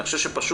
אני חושב,